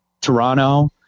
Toronto